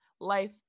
life